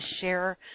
share